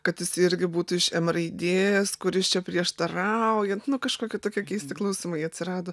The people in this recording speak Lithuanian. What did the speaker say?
kad jis irgi būtų iš m raidės kuris čia prieštaraujat nu kažkokioe tokie keisti klausimai atsirado